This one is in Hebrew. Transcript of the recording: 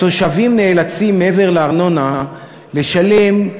התושבים נאלצים, מעבר לארנונה, לשלם,